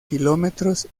kilómetros